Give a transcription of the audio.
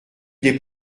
des